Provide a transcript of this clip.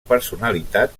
personalitat